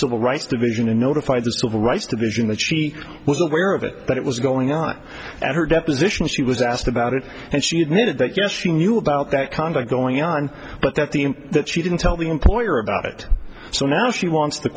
civil rights division and notify the civil rights division that she was aware of it that it was going on at her deposition she was asked about it and she admitted that yes she knew about that conduct going on but that the that she didn't tell the employer about it so now she wants t